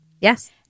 Yes